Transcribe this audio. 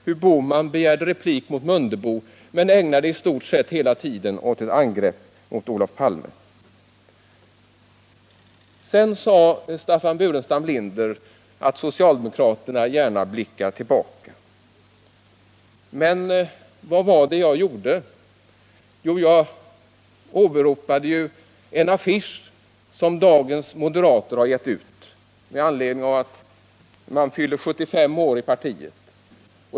Gösta Bohman begärde replik mot Ingemar Mundebo, men ägnade i stort sett hela tiden åt ett angrepp mot Olof Palme. Staffan Burenstam Linder sade att socialdemokraterna gärna blickar tillbaka. Men vad var det jag gjorde? Jo, jag åberopade en affisch som dagens moderater har givit ut med anledning av att partiet fyller 75 år.